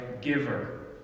giver